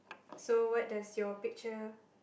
so what does your picture